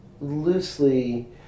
loosely